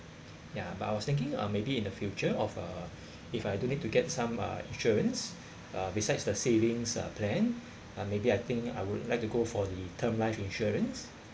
ya but I was thinking uh maybe in the future of uh if I do need to get some uh insurance uh besides the savings uh plan uh maybe I think I would like to go for the term life insurance